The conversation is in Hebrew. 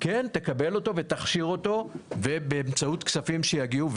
כן תקבל אותו ותכשיר אותו באמצעות כספים שיגיעו.